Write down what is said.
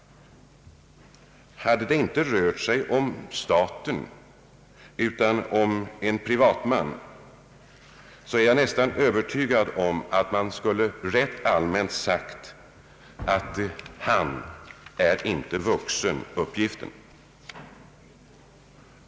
Hade det inte rört sig om staten utan om en privatman, är jag övertygad om att det allmänt skulle ha sagts att han inte varit vuxen uppgiften.